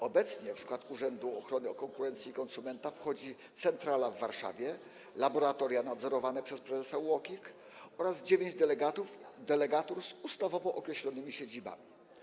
Obecnie w skład Urzędu Ochrony Konkurencji i Konsumentów wchodzi centrala w Warszawie, laboratoria nadzorowane przez prezesa UOKiK oraz dziewięć delegatur z ustawowo określonymi siedzibami.